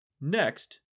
Next